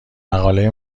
مقاله